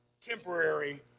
temporary